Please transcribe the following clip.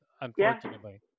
unfortunately